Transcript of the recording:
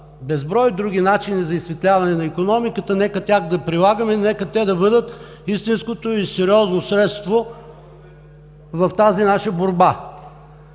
безброй други начини за изсветляване на икономиката. Нека тях да прилагаме, нека те да бъдат истинското и сериозно средство в тази наша борба.